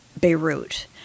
Beirut